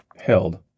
Held